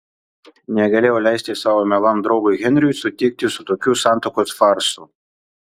negalėjau leisti savo mielam draugui henriui sutikti su tokiu santuokos farsu